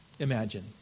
Imagine